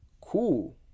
cool